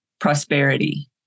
prosperity